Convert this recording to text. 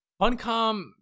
Funcom